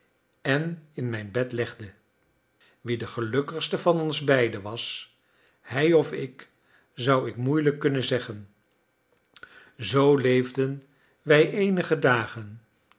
en in mijn bed legde wie de gelukkigste van ons beiden was hij of ik zou ik moeilijk kunnen zeggen zoo leefden wij eenige dagen